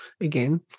again